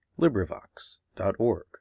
LibriVox.org